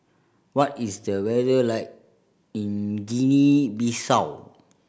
what is the weather like in Guinea Bissau